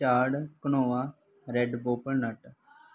ਝਾੜ ਘਨੋਆ ਰੈਡ ਬੋਪੋਨਟ